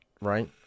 right